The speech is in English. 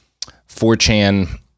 4chan